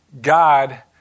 God